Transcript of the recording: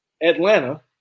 Atlanta